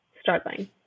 struggling